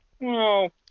No